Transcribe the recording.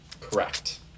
Correct